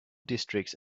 districts